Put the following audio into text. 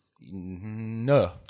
No